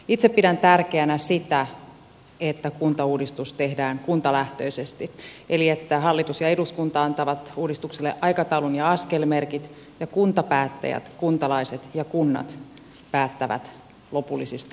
itse pidän tärkeänä sitä että kuntauudistus tehdään kuntalähtöisesti eli että hallitus ja eduskunta antavat uudistukselle aikataulun ja askelmerkit ja kuntapäättäjät kuntalaiset ja kunnat päättävät lopullisista ratkaisuista